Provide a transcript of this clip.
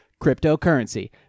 cryptocurrency